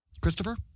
Christopher